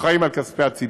אנחנו אחראים לכספי הציבור.